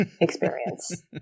experience